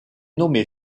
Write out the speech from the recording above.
nommé